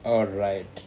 alright